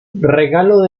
regalo